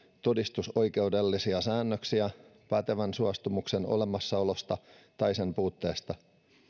todistusoikeudellisia säännöksiä pätevän suostumuksen olemassaolosta tai sen puutteesta